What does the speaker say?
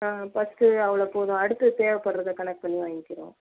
ஆ first அவ்வளோ போதும் அடுத்து தேவைப்பட்டுறத கலேக்ட் பண்ணி வாங்கிக்கிறோம்